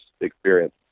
experience